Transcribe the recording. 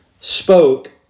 spoke